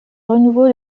renouveau